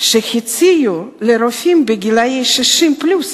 שהציעו לרופאים בני 60 פלוס